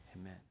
amen